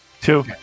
two